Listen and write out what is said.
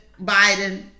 Biden